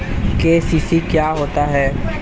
KCC क्या होता है?